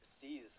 sees